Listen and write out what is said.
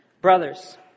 Brothers